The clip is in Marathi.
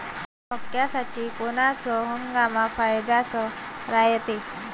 मक्क्यासाठी कोनचा हंगाम फायद्याचा रायते?